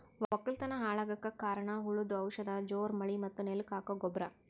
ವಕ್ಕಲತನ್ ಹಾಳಗಕ್ ಕಾರಣ್ ಹುಳದು ಔಷಧ ಜೋರ್ ಮಳಿ ಮತ್ತ್ ನೆಲಕ್ ಹಾಕೊ ಗೊಬ್ರ